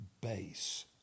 base